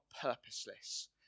purposeless